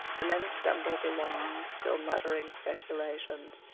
the men stumbled along still muttering speculations.